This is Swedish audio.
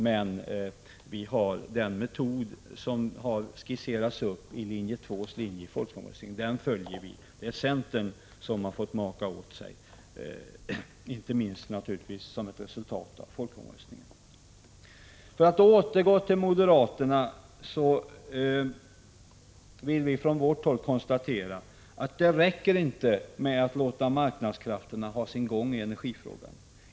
Men vi har den metod som skisserats upp i linje 2 i folkomröstningen — den följer vi. Det är centern som fått maka åt sig, naturligtvis inte minst som ett resultat av folkomröstningen. För att återgå till moderaterna: Vi vill från vårt håll konstatera att det inte räcker med att låta marknadskrafterna ha sin gång i energifrågan.